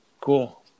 cool